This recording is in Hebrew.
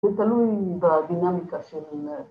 ‫זה תלוי בדינמיקה של...